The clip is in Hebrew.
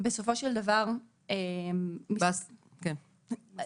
בסופו של דבר, יש